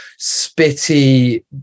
spitty